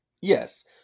Yes